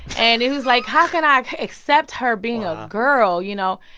and it was like, how can i accept her being a girl, you know?